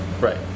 Right